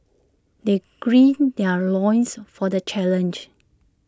they green their loins for the challenge